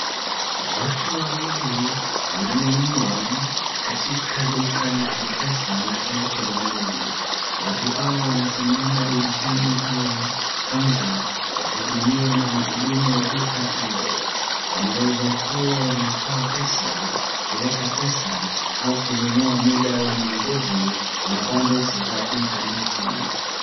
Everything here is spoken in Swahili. Watu wawili wananunua katika duka la M-Pesa na[ccs] Airtel Money . Watu hawa wanasimama dirishani au kaunta wakihudumiwa na mhudumu wa duka hilo. Wanaweza kuwa wanatoa pesa, kuweka pesa au kununua muda wa miongozi na bundles za intaneti.